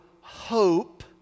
hope